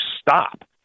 stop